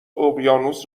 اقیانوس